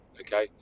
okay